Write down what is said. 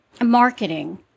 marketing